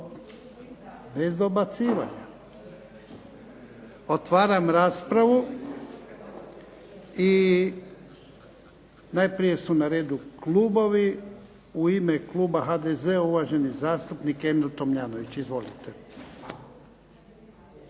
Bez dobacivanja! Otvaram raspravu. I najprije su na redu klubovi. U ime kluba HDZ-a, uvaženi zastupnik Emil Tomljanović. Izvolite.